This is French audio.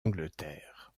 angleterre